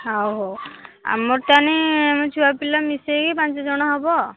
ହଉ ହଉ ଆମର ତା'ହେଲେ ଆମେ ଛୁଆପିଲା ମିଶାଇ ପାଞ୍ଚଜଣ ହବ